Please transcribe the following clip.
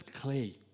clay